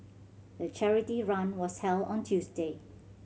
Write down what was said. the charity run was held on Tuesday